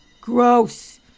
gross